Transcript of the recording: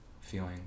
feeling